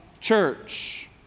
church